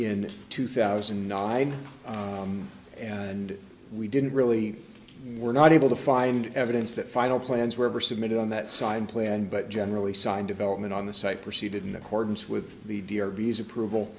in two thousand and nine and we didn't really were not able to find evidence that final plans were submitted on that side plan but generally signed development on the site proceeded in accordance with the d or b s approval